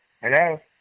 Hello